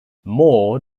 moore